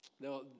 Now